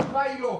התשובה היא לא.